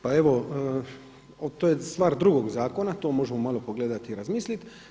Pa evo, to je stvar drugog zakona, to možemo malo pogledati i razmisliti.